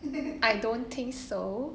I don't think so